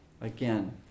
Again